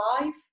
life